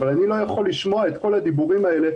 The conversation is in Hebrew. אבל אני לא יכול לשמוע את כל הדיבורים האלה,